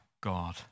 God